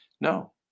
no